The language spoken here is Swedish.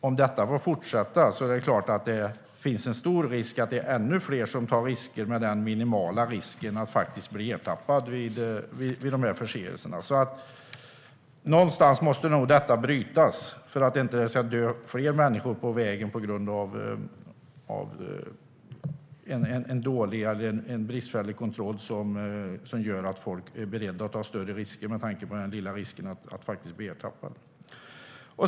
Om detta får fortsätta innebär det ju att det finns en stor risk att ännu fler tar chansen, med tanke på den minimala risken att bli ertappad vid förseelserna. Någonstans måste alltså detta brytas för att inte fler människor ska dö på vägarna på grund av bristfällig kontroll som gör att folk är beredda att ta större risker med tanke på den lilla risken att faktiskt bli ertappad.